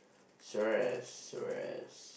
serious serious